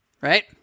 Right